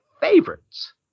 favorites